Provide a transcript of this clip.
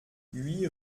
huit